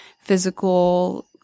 physical